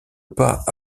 pas